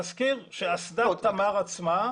להזכיר שאסדת תמר עצמה,